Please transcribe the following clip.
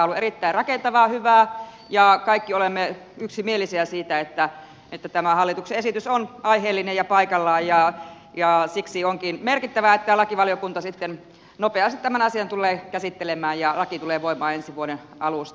tämä on ollut erittäin rakentavaa hyvää ja kaikki olemme yksimielisiä siitä että tämä hallituksen esitys on aiheellinen ja paikallaan ja siksi onkin merkittävää että lakivaliokunta sitten nopeasti tämän asian tullee käsittelemään ja laki tulee voimaan ensi vuoden alusta